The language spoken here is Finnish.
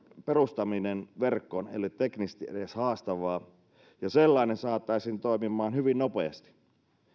perustaminen verkkoon ei ole teknisesti edes haastavaa ja sellainen saataisiin toimimaan hyvin nopeasti